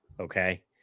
okay